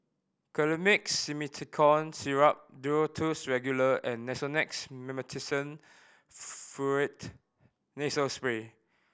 Colimix Simethicone Syrup Duro Tuss Regular and Nasonex Mometasone Furoate Nasal Spray